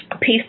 Peace